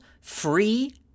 free